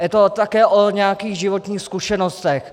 A je to také o nějakých životních zkušenostech.